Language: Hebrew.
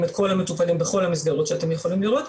את כל המטופלים בכל המסגרות שאתם יכולים לראות,